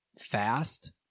fast